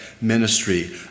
ministry